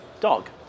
dog